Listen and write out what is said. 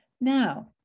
Now